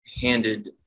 handed